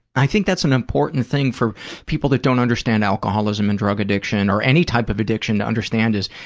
i think that's an important thing for people that don't understand alcoholism and drug addiction or any type of addiction to understand is,